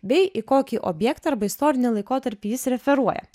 bei į kokį objektą arba istorinį laikotarpį jis referuoja